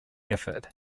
effort